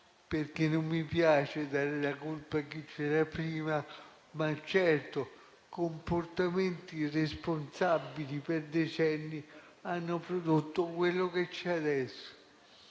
perché non mi piace dare la colpa a chi c'era prima, ma certamente comportamenti irresponsabili per decenni hanno prodotto quello che c'è adesso.